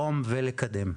לתרום ולקדם.